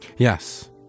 Yes